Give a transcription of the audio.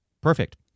Perfect